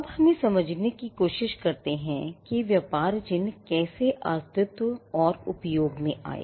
अब हम समझने की कोशिश करते हैं या व्यापार चिह्न कैसे अस्तित्व और उपयोग में आए